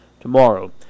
tomorrow